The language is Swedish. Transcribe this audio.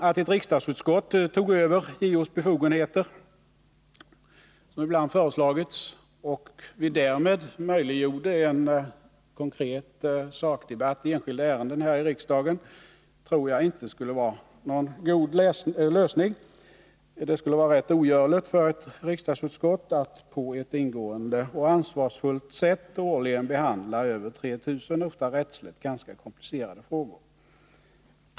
Att ett riksdagsutskott tog över JO:s befogenheter, som ibland föreslagits, och vi därmed möjliggjorde en konkret sakdebatt i enskilda ärenden här i riksdagen, tror jag inte skulle vara någon god lösning. Det skulle vara rätt ogörligt för ett riksdagsutskott att på ett ingående och ansvarsfullt sätt årligen behandla över 3 000 rättsligt ofta ganska komplicerade frågor.